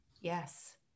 Yes